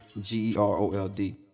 G-E-R-O-L-D